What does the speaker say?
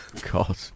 god